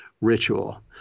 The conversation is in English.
ritual